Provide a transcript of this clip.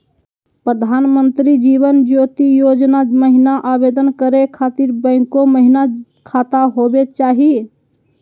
प्रधानमंत्री जीवन ज्योति योजना महिना आवेदन करै खातिर बैंको महिना खाता होवे चाही?